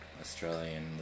Australian